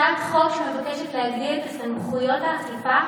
הצעת חוק שמבקשת להגדיל את סמכויות האכיפה